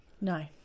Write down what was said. No